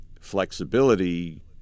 flexibility